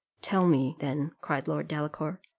tell me, then, cried lord delacour,